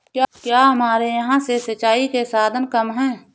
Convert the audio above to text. क्या हमारे यहाँ से सिंचाई के साधन कम है?